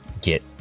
get